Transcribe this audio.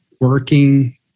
working